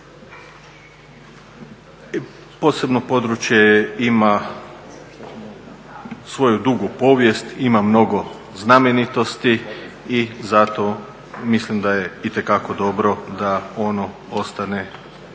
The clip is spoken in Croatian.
Posebno područje ima svoju dugu povijest, ima mnogo znamenitosti i zato mislim da je itekako dobro da ono ostane